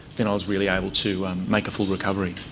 then i was really able to and make a full recovery.